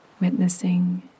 witnessing